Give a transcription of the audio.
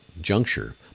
juncture